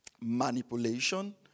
manipulation